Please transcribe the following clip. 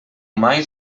mai